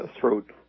throat